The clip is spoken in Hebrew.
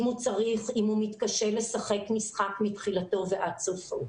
אם הוא מתקשה לשחק משחק מתחילתו ועד סופו,